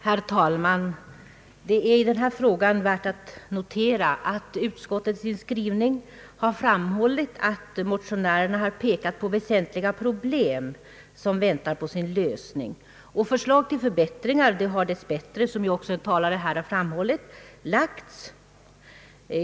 Herr talman! Det är värt att notera att utskottet i sin skrivning framhållit, att motionärerna pekar på väsentliga problem som väntar på sin lösning. Förslag till förbättringar har dess bättre framlagts, som ju en talare redan framhållit.